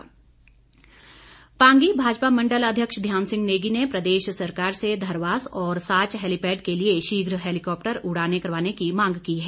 मांग पांगी भाजपा मंडल अध्यक्ष ध्यान सिंह नेगी ने प्रदेश सरकार से धरवास और साच हैलीपैड के लिए शीघ्र हैलीकॉपटर उड़ाने करवाने की मांग की है